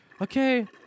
okay